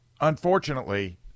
unfortunately